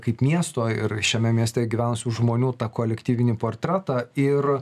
kaip miesto ir šiame mieste gyvenusių žmonių tą kolektyvinį portretą ir